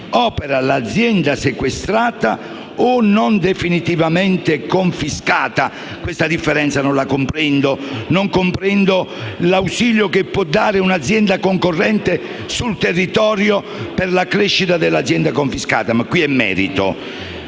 opera l'azienda sequestrata o non definitivamente confiscata». Questa differenza non la comprendo; non capisco l'ausilio che può dare un'azienda concorrente sul territorio per la crescita dell'azienda confiscata, ma qui stiamo